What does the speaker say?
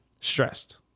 Stressed